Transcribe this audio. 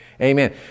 Amen